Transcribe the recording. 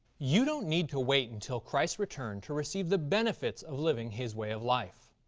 you don't need to wait until christ's return to receive the benefits of living his way of life.